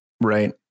Right